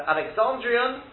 Alexandrian